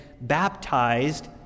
baptized